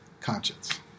conscience